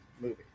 movie